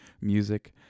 music